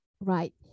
Right